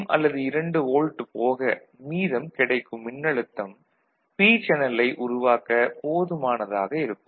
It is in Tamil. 5V for kp kn ஒருவேளை அது 0 அல்லது 2 வோல்ட் ஆக இருந்தால் 10ல் 0 அல்லது 2 வோல்ட் போக மீதம் கிடைக்கும் மின்னழுத்தம் பி சேனலை உருவாக்க போதுமானதாக இருக்கும்